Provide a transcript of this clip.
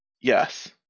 yes